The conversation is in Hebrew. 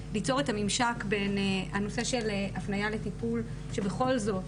כדי ליצור את הממשק בין הנושא של הפנייה לטיפול שבכל זאת,